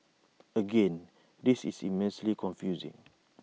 again this is immensely confusing